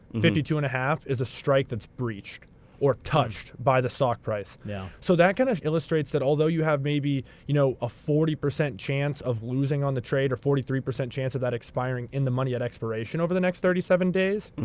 fifty two and one two is a strike that's breached or touched by the stock price. yeah. so that kind of illustrates that, although you have, maybe, you know a forty percent chance of losing on the trade or forty three percent chance of that expiring in the money at expiration over the next thirty seven days,